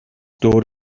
دور